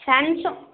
Samsung